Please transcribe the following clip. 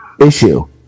issue